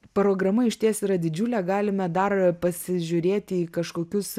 programa išties yra didžiulė galime dar pasižiūrėti į kažkokius